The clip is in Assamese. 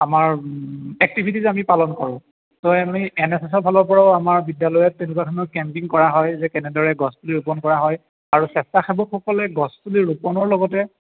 আমাৰ এক্টিভিটিজ আমি পালন কৰোঁ ত' আমি এন এছ এছ ৰ ফালৰ পৰাও আমাৰ বিদ্যালয়ত তেনেকুৱা ধৰণৰ কেম্পিং কৰা হয় যে কেনেদৰে গছ পুলি ৰোপণ কৰা হয় আৰু স্বেচ্ছাসেৱকসকলে গছ পুলি ৰোপণৰ লগতে